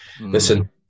listen